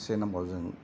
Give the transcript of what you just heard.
से नाम्बाराव जों